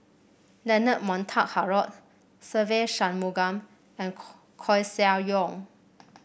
Leonard Montague Harrod Se Ve Shanmugam and Koeh Sia Yong